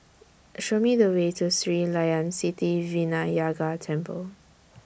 Show Me The Way to Sri Layan Sithi Vinayagar Temple